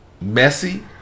messy